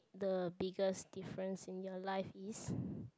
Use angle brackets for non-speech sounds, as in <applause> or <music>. the biggest difference in your life is <breath>